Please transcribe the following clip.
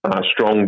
strong